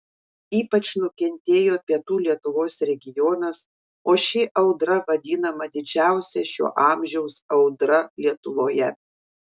ypač nukentėjo pietų lietuvos regionas o ši audra vadinama didžiausia šio amžiaus audra lietuvoje